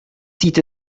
sieht